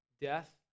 death